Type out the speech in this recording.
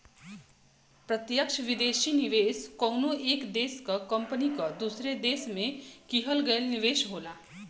प्रत्यक्ष विदेशी निवेश कउनो एक देश क कंपनी क दूसरे देश में किहल गयल निवेश होला